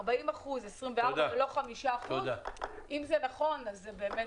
40%, ולא 5%. אם זה נכון אז זה באמת בעיה.